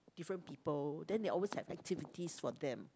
different people then they always have activities for them